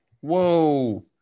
whoa